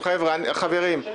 חברים,